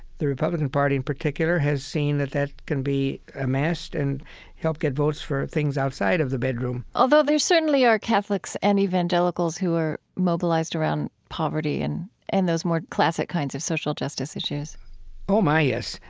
the republican party in particular has seen that that can be amassed and help get votes for things outside of the bedroom although there certainly are catholics and evangelicals who are mobilized around poverty and and those more classic kinds of social justice issues oh, my, yes.